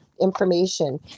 information